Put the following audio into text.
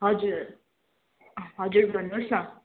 हजुर हजुर भन्नुहोस् न